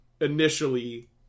initially